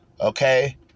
okay